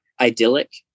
idyllic